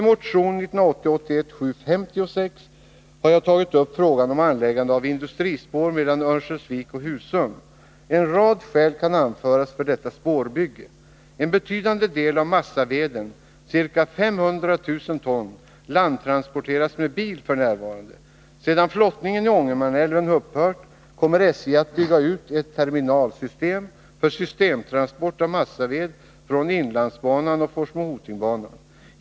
I motion 1980/81:756 har jag tagit upp frågan om anläggande av ett industrispår mellan Örnsköldsvik och Husum. En rad skäl kan anföras för detta spårbygge. En betydande del av massaveden, ca 500 000 ton, landtransporteras med bil f. n. Sedan flottningen i Ångermanälven upphört kommer SJ att bygga ut ett terminalsystem för systemtransport av massaved från inlandsbanan och Forsmo-Hoting-banan.